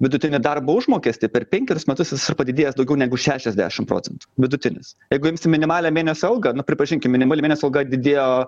vidutinį darbo užmokestį per penkerius metus jis yra padidėjęs daugiau negu šešiasdešim procentų vidutinis jeigu imsim minimalią mėnesio algą na pripažinkim minimali mėnesio alga didėjo